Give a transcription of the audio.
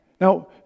now